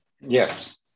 yes